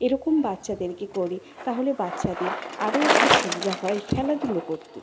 এরকম বাচ্চাদেরকে করি তাহলে বাচ্চাদের আরো একটু সুবিধা হয় খেলাধুলো করতে